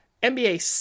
NBA